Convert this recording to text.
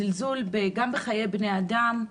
זלזול גם בחיי בני אדם,